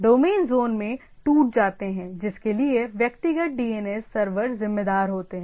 domain zone में टूट जाते हैं जिसके लिए व्यक्तिगत DNS सर्वर जिम्मेदार होते हैं